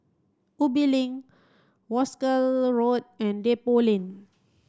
Ubi Link Wolskel Road and Depot Lane